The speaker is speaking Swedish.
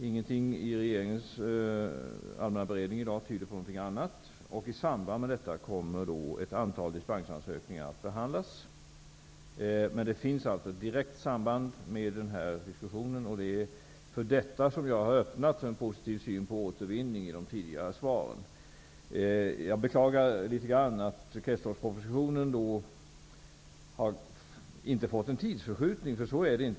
Ingenting i regeringens allmänna beredning tyder på något annat. I samband med detta kommer ett antal dispensansökningar att behandlas. Det finns således ett direkt samband med den här diskussionen. Jag har därför öppnat för en positiv syn på återvinning i de tidigare svaren. Kretsloppspropositionen är inte försenad.